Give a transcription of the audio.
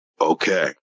Okay